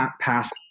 pass